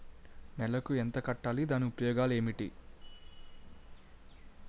నెలకు ఎంత కట్టాలి? దాని ఉపయోగాలు ఏమిటి?